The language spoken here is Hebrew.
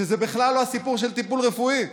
שזה בכלל לא סיפור של טיפול רפואי.